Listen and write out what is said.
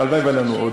הלוואי שהיו לנו עוד.